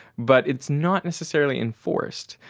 but it's not necessarily enforced.